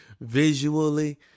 visually